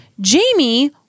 Jamie